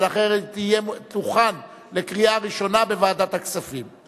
ולכן היא תוכן לקריאה ראשונה בוועדת הכספים.